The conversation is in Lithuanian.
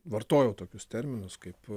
vartojau tokius terminus kaip